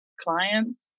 clients